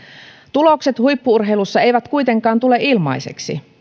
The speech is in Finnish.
tulokset huippu urheilussa eivät kuitenkaan tule ilmaiseksi